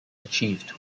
achieved